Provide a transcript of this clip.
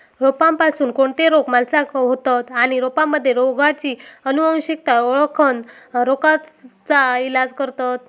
रोपांपासून कोणते रोग माणसाका होतं आणि रोपांमध्ये रोगाची अनुवंशिकता ओळखोन रोगाचा इलाज करतत